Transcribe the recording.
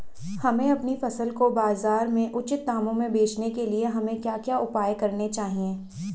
हमें अपनी फसल को बाज़ार में उचित दामों में बेचने के लिए हमें क्या क्या उपाय करने चाहिए?